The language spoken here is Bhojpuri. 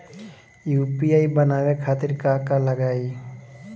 यू.पी.आई बनावे खातिर का का लगाई?